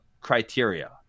criteria